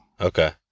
Okay